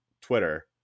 Twitter